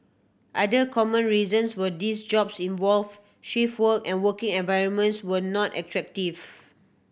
other common reasons were these jobs involved shift work and working environments were not attractive